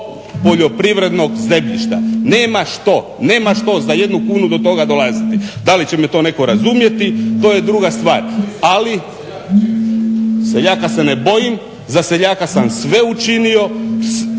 poljoprivrednog zemljišta. Nema što. Nema što za jednu kunu do toga dolaziti. Da li će me to netko razumjeti to je druga stvar. Ali seljaka se ne bojim. Za seljaka sam sve učinio.